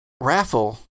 raffle